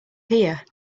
hear